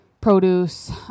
produce